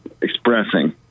expressing